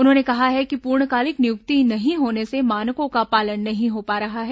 उन्होंने कहा है कि पूर्णकालिक नियुक्ति नहीं होने से मानकों का पालन नहीं हो पा रहा है